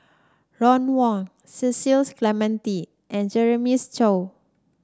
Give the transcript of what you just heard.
Ron Wong Cecil Clementi and Jeremiah Choy